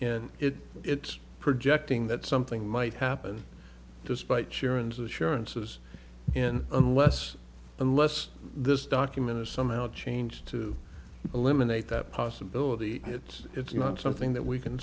and it it's projecting that something might happen despite sharon's assurances in unless unless this document is somehow changed to eliminate that possibility it's it's not something that we can